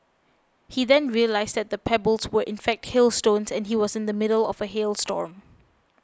he then realised that the pebbles were in fact hailstones and he was in the middle of a hail storm